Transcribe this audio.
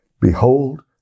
Behold